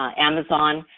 amazon,